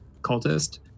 cultist